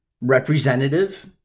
representative